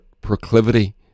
proclivity